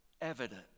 evident